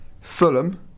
Fulham